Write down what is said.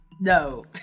No